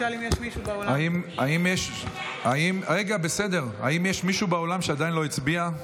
האם יש מישהו באולם שעדיין לא הצביע?